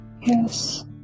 Yes